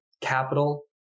capital